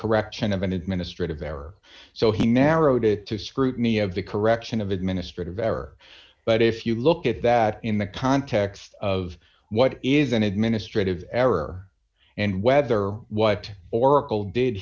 correction of an administrative there are so he narrowed it to scrutiny of the correction of administrative error but if you look at that in the context of what is an administrative error and whether what oracle did